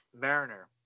Mariner